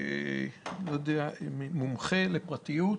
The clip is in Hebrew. מומחה לפרטיות,